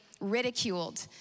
ridiculed